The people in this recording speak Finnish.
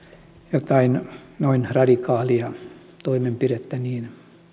jotain noin radikaalia toimenpidettä niin